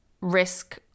risk